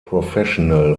professional